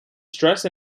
stress